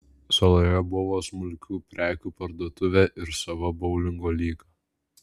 saloje buvo smulkių prekių parduotuvė ir sava boulingo lyga